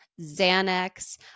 Xanax